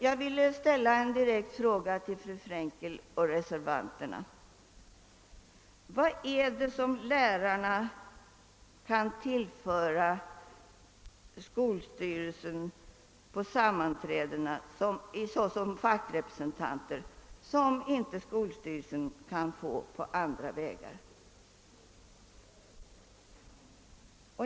Jag vill ställa en direkt fråga till fru Frenkel och de övriga reservanterna: Vad kan lärarna såsom fackrepresentanter tillföra skolstyrelsen på sammanträdena som inte skolstyrelsen kan få på andra vägar?